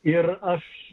ir aš